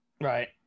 Right